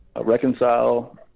reconcile